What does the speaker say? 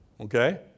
okay